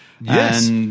Yes